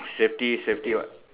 safety safety what